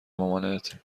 مامانت